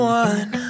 one